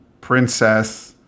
princess